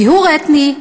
טיהור אתני,